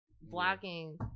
blocking